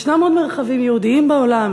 ישנם עוד מרחבים יהודיים בעולם,